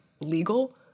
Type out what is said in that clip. legal